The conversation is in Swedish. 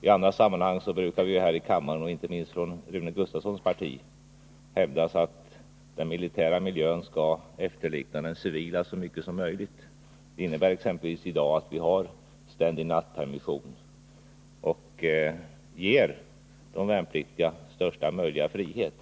I andra sammanhang brukar det ju här i kammaren, inte minst från Rune Gustavssons parti, hävdas att den militära miljön skall efterlikna den civila så mycket som möjligt. Det innebär exempelvis att vi i dag har ständig nattpermission och ger de värnpliktiga största möjliga frihet.